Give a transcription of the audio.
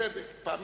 תודה רבה